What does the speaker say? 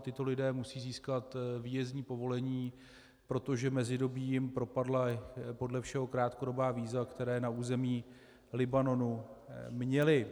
Tito lidé musí získat výjezdní povolení, protože v mezidobí jim propadla podle všeho krátkodobá víza, která na území Libanonu měli.